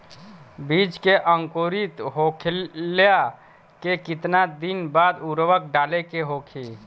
बिज के अंकुरित होखेला के कितना दिन बाद उर्वरक डाले के होखि?